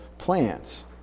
plants